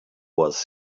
was